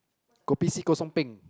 kopi C kosong peng